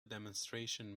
demonstration